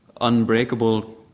unbreakable